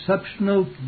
exceptional